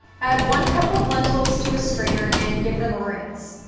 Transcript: add one cup of lentils to a strainer and give them a rinse.